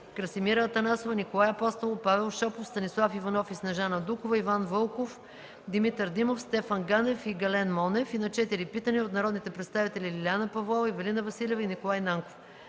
Красимира Атанасова и Николай Апостолов, Павел Шопов, Станислав Иванов и Снежана Дукова, Иван Вълков, Димитър Димов, Стефан Танев, Гален Монев и на четири питания от народните представители Лиляна Павлова, Ивелина Василева и Николай Нанков.